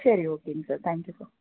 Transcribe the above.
சரி ஓகேங்க sir thank you sir